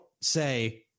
say